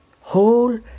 whole